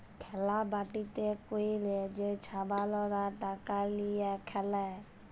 খেল্লা বাটিতে ক্যইরে যে ছাবালরা টাকা লিঁয়ে খেলে